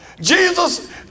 Jesus